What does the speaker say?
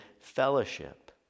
fellowship